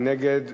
מי נגד?